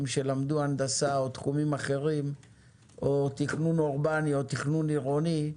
שלמדו הנדסה או תכנון אורבני או תכנון עירוני או תחומים אחרים,